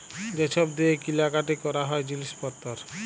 যে ছব দিঁয়ে কিলা কাটি ক্যরা হ্যয় জিলিস পত্তর